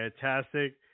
fantastic